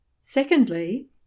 Secondly